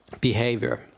behavior